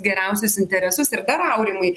geriausius interesus ir dar aurimai